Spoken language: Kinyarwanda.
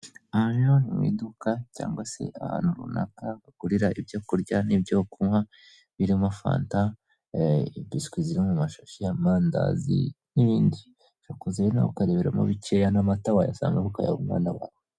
Aha rero ni mu iduka cyangwa se ahantu runaka bagurira ibyo kurya n'ibyo kunywa birimo fanta, bisikwi ziri mu mashashi, amandazi n'ibindi. Ushobora kuza rero nawe ukareberamo bikeya, n'amata wayasangamo ukayaha umwana wawe.